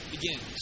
begins